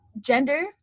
gender